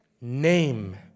name